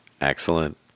Excellent